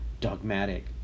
dogmatic